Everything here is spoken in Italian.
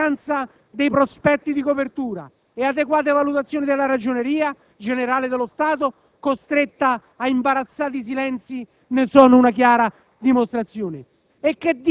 La mancanza dei prospetti di copertura e adeguate valutazioni della Ragioneria generale dello Stato, costretta a imbarazzati silenzi, ne sono una chiara dimostrazione.